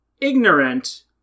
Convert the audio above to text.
ignorant